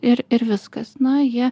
ir ir viskas na jie